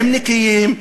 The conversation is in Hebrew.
הם נקיים,